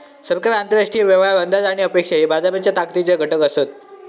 सरकार, आंतरराष्ट्रीय व्यवहार, अंदाज आणि अपेक्षा हे बाजाराच्या ताकदीचे घटक असत